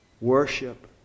worship